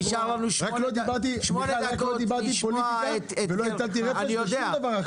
לא דיברתי פוליטיקה ולא הטלתי רפש ולא שום דבר אחר.